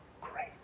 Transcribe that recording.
Great